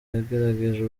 yagerageje